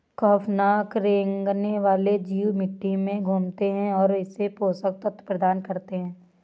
खौफनाक रेंगने वाले जीव मिट्टी में घूमते है और इसे पोषक तत्व प्रदान करते है